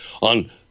on